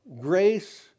grace